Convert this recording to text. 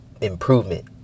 improvement